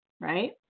right